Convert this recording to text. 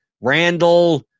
Randall